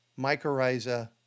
mycorrhiza